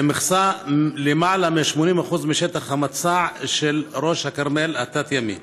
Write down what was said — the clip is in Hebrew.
ומכסה למעלה מ-80% משטח המצע של ראש הכרמל התת-ימי.